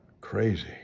Crazy